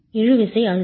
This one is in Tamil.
இழுவிசை அழுத்தம்